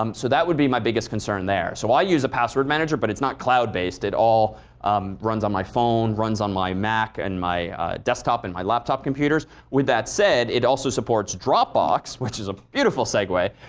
um so that would be my biggest concern there. so i use a password manager, but it's not cloud based. it all um runs on my phone, runs on my mac and my desktop and my laptop computers. with that said, it also supports dropbox, which is a beautiful segue,